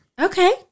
Okay